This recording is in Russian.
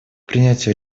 принятию